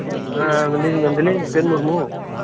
ᱢᱮᱱᱫᱟᱞᱤᱧ ᱡᱤᱛᱮᱱ ᱢᱩᱨᱢᱩ